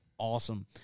Awesome